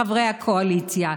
חברי הקואליציה,